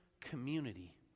community